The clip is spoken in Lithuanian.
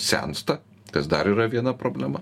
sensta kas dar yra viena problema